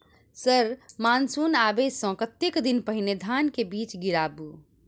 Sir monsoon आबै सऽ कतेक दिन पहिने धान केँ बीज गिराबू?